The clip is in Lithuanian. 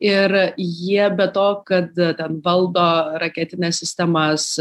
ir jie be to kad ten valdo raketines sistemas